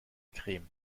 creme